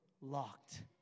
locked